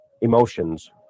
emotions